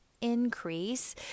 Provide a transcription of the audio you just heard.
increase